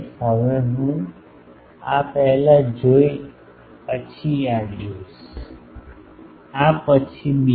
હવે આ હું પહેલા જોઇ પછી આ જોઈશ આ પછી પછી બીજાઓ